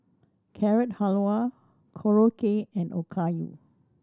Carrot Halwa Korokke and Okayu